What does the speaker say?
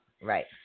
Right